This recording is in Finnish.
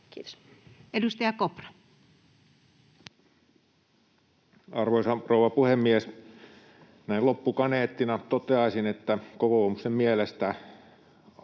Time: 14:55 Content: Arvoisa rouva puhemies! Näin loppukaneettina toteaisin, että kokoomuksen mielestä